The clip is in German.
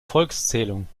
volkszählung